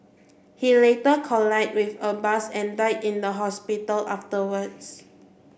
he later collided with a bus and died in the hospital afterwards